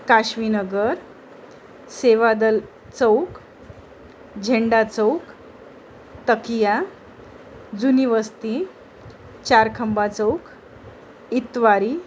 काशवीनगर सेवादल चौक झेंडा चौक तकिया जुनीवस्ती चारखंबा चौक इतवारी